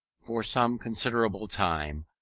for some considerable time,